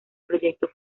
proyecto